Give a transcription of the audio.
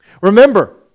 Remember